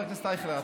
חבר הכנסת אייכלר.